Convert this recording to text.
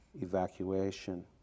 evacuation